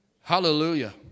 Hallelujah